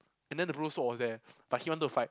and then the rose sword was there but he want to fight